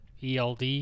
ELD